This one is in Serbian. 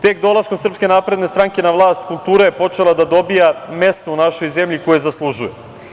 Tek dolaskom SNS na vlast, kultura je počela da dobija mesto u našoj zemlji koje zaslužuje.